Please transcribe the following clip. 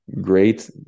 great